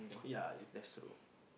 ya if that's true